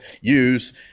use